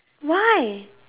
why